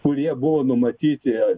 kurie buvo numatyti